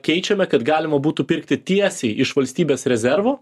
keičiame kad galima būtų pirkti tiesiai iš valstybės rezervo